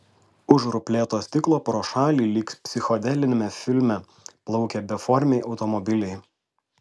už ruplėto stiklo pro šalį lyg psichodeliniame filme plaukė beformiai automobiliai